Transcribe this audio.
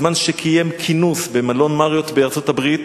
בזמן שקיים כינוס במלון "מריוט" בארצות-הברית,